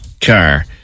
car